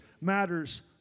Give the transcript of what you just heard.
matters